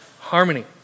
harmony